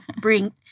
Bring